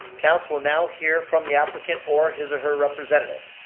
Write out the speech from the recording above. council will now hear from the applicant or his or her representative.